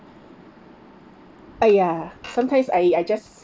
!aiya! sometimes I I just